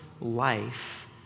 life